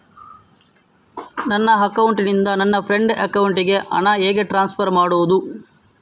ನನ್ನ ಅಕೌಂಟಿನಿಂದ ನನ್ನ ಫ್ರೆಂಡ್ ಅಕೌಂಟಿಗೆ ಹಣ ಹೇಗೆ ಟ್ರಾನ್ಸ್ಫರ್ ಮಾಡುವುದು?